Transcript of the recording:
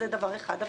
גם